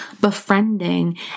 befriending